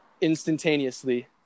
instantaneously